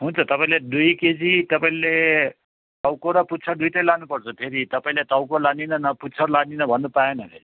हुन्छ तपाईँले दुई केजी तपाईँले टाउको र पुच्छर दुइटै लानुपर्छ फेरि तपाईँले टाउको लाँदिनँ न पुच्छर लाँदिनँ भन्न पाएन फेरि